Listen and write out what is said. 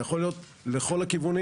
זה יכול להיות לכל הכיוונים.